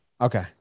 Okay